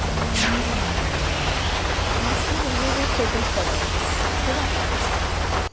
आणि मोस्टली वेगवेगळे fabric colours हे वापरले जातात